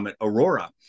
Aurora